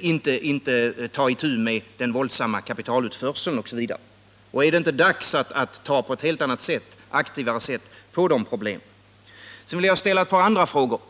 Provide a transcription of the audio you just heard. inte ta itu med den våldsamma kapitalutförseln, osv.? Är det inte dags att på ett helt annat och aktivare sätt angripa dessa problem? Sedan vill jag ställa ett par andra frågor.